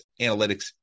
analytics